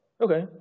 okay